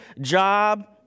job